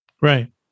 Right